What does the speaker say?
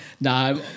No